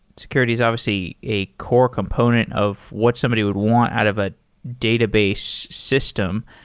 security is obviously a core component of what somebody would want out of a database system.